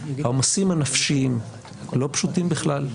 העומסים הנפשיים, לא פשוטים בכלל.